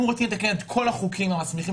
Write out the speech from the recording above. אם רוצים לתקן את כל החוקים המסמיכים